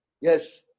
Yes